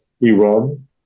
Iran